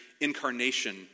incarnation